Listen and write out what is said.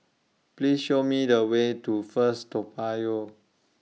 Please Show Me The Way to First Toa Payoh